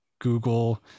Google